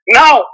now